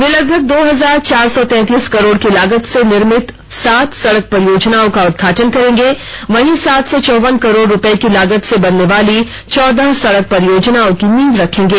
वे लगभग दो हजार चार सौ तैंतीस करोड़ की लागत से निर्मित सात सड़क परियोजनाओं का उदघाटन करेंगे वहीं सात सौ चौवन करोड़ रुपए की लागत से बनने वाली चौदह सड़क परियोजनाओं की नींव रखेंगे